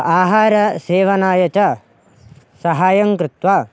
आहारसेवनाय च सहायं कृत्वा